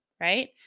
right